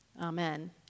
Amen